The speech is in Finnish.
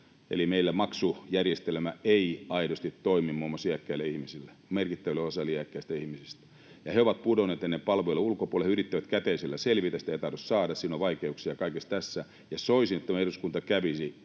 Eli meillä maksujärjestelmä ei aidosti toimi muun muassa iäkkäille ihmisille, merkittävälle osalle iäkkäistä ihmisistä, ja he ovat pudonneet näiden palvelujen ulkopuolelle. He yrittävät käteisellä selvitä, mutta sitä ei tahdo saada, siinä on vaikeuksia kaikessa tässä. Soisin, että tämä eduskunta kävisi